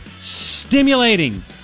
stimulating